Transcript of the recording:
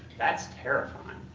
that's terrifying.